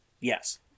Yes